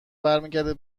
برمیگرده